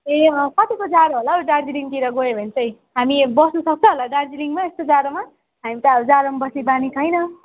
ए कतिको जाडो होला हौ दार्जिलिङतिर गयो भने चाहिँ हामी बस्नुसक्छ होला दार्जिलिङमा यस्तो जाडोमा हामी त अब जाडोमा बस्ने बानी छैन